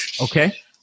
okay